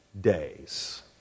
days